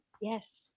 Yes